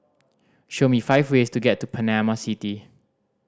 show me five ways to get to Panama City